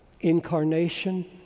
Incarnation